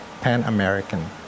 Pan-American